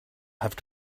have